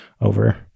over